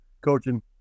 coaching